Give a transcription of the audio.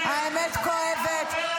אתם פשוט השתגעתם לגמרי.